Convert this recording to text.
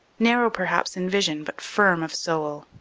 narrow perhaps in vision but firm of soul.